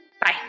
Bye